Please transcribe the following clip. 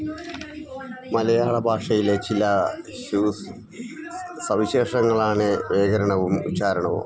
മലയാള ഭാഷയിലെ ചില ശൂസ് സവിശേഷതകളാണ് വ്യാകരണവും ഉച്ഛാരണവും